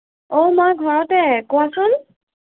অ' মই ঘৰতে কোৱাচোন